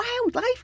wildlife